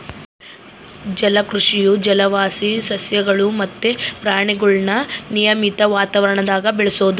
ಜಲಕೃಷಿಯು ಜಲವಾಸಿ ಸಸ್ಯಗುಳು ಮತ್ತೆ ಪ್ರಾಣಿಗುಳ್ನ ನಿಯಮಿತ ವಾತಾವರಣದಾಗ ಬೆಳೆಸೋದು